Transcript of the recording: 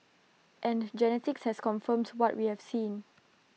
and genetics has confirmed what we have seen